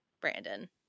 Brandon